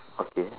okay